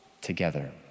together